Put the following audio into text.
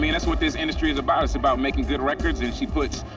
that's what this industry is about. it's about making good records, and she puts,